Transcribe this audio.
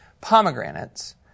pomegranates